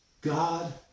God